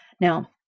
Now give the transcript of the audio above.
Now